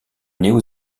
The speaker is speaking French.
néo